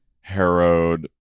harrowed